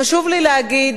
חשוב לי להגיד,